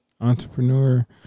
entrepreneur